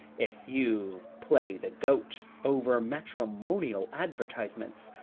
if you play the goat over matrimonial advertisements.